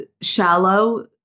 shallow